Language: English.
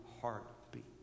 heartbeat